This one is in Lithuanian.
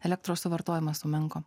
elektros suvartojimas sumenko